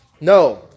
No